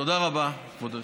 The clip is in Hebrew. תודה רבה, כבוד היושב-ראש.